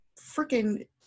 freaking